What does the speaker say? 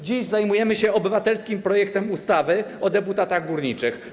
Dziś zajmujemy się obywatelskim projektem ustawy o deputatach górniczych.